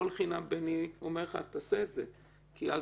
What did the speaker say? לא לחינם בני אומר לך שתעשה את זה כי אז